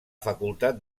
facultat